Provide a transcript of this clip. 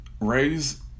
raise